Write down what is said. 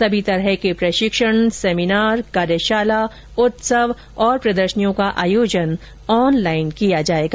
सभी प्रकार के प्रशिक्षण सेमिनार कार्यशाला उत्सव और प्रदर्शनियों का आयोजन यथासंभव ऑनलाइन किया जाएगा